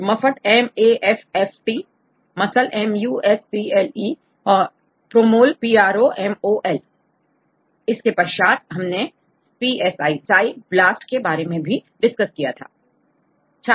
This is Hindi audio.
छात्र मफट MUSCLE PROMOL इसके पश्चात हमनेpsi BLAST के बारे में डिस्कस किया था यह क्या है